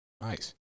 nice